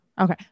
Okay